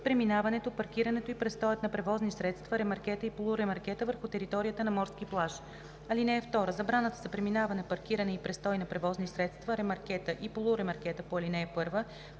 преминаването, паркирането и престоят на превозни средства, ремаркета и полуремаркета върху територията на морския плаж. (2) Забраната за преминаване, паркиране и престой на превозни средства, ремаркета и полуремаркета по ал. 1